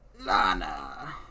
lana